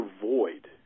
void